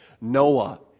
Noah